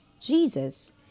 Jesus